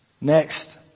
Next